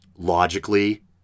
Logically